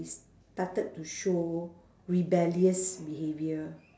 started to show rebellious behaviour